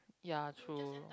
ya true